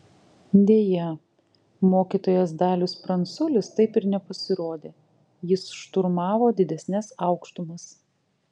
deja mokytojas dalius pranculis taip ir nepasirodė jis šturmavo didesnes aukštumas